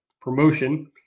promotion